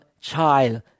child